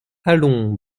allons